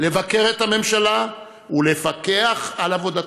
לבקר את הממשלה ולפקח על עבודתה,